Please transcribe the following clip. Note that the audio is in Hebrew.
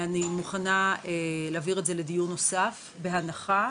אני מוכנה להעביר את זה לדיון נוסף בהנחה